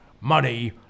money